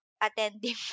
attending